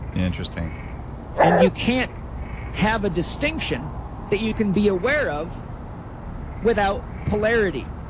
interesting and you can't have a distinction that you can be aware of without polarity.